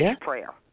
prayer